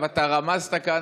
אתה רמזת כאן,